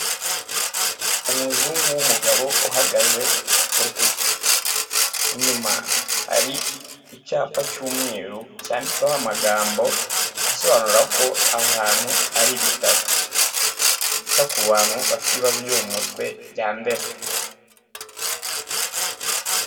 Umuzungu w'umugabo uhagaze ku rukuta. Inyuma hari icyapa cy'umweru cyanditseho amagambo asobanura ko aho hantu ari ibitaro, byita ku bantu bafite ibibazo byo mu mutwe bya Ndera.